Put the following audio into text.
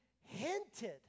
hinted